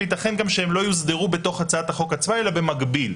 וייתכן גם שהם לא יוסדרו בהצעת החוק עצמה אלא במקביל,